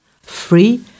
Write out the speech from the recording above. free